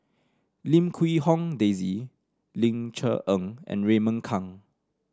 Lim Quee Hong Daisy Ling Cher Eng and Raymond Kang